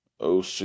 OC